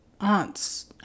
aunts